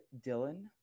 Dylan